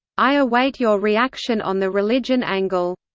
i await your reaction on the religion angle.